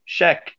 Shaq